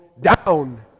down